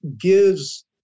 gives